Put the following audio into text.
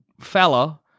fella